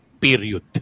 period